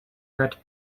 werd